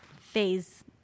phase